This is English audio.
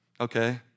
Okay